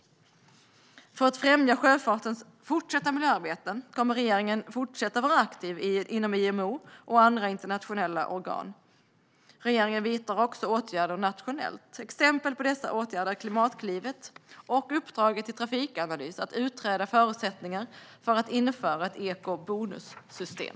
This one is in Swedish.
För att främja sjöfartens fortsatta miljöarbete kommer regeringen att fortsätta att vara aktiv inom IMO och andra internationella organ. Regeringen vidtar också åtgärder nationellt. Exempel på dessa åtgärder är Klimatklivet och uppdraget till Trafikanalys att utreda förutsättningarna för att införa ett ECO-bonussystem.